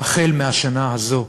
החל מהשנה הזאת.